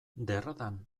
derradan